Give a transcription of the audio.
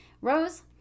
Rose